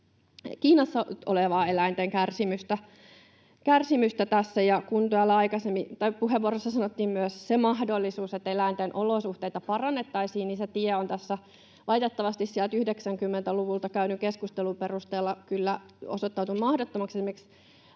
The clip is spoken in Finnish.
Kiinassa olevaa eläinten kärsimystä. Puheenvuorossa sanottiin myös se mahdollisuus, että eläinten olosuhteita parannettaisiin. Se tie on valitettavasti sieltä 90-luvulta käydyn keskustelun perusteella kyllä osoittautunut mahdottomaksi.